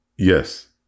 Yes